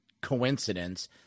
coincidence